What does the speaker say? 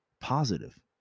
positive